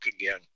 again